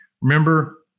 remember